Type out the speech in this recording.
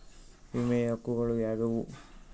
ವಿಮೆಯ ಹಕ್ಕುಗಳು ಯಾವ್ಯಾವು?